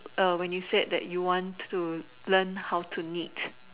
when you said that you want to learn how to knit